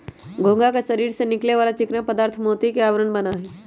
घोंघा के शरीर से निकले वाला चिकना पदार्थ मोती के आवरण बना हई